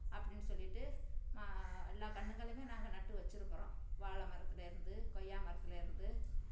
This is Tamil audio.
அப்படின்னு சொல்லிவிட்டு எல்லா கன்னுங்களுமே நாங்கள் நட்டு வச்சிருக்குறோம் வாழை மரத்துலர்ந்து கொய்யா மரத்துலர்ந்து